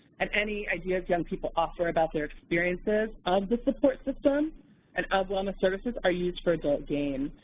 and any ideas young people offer about their experiences of the support system and of wellness services are used for adult gain.